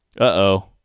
Uh-oh